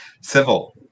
Civil